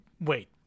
wait